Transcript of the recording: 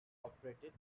operated